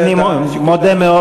אני מודה מאוד,